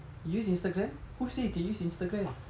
use Instagram who say you can use Instagram